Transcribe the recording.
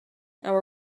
our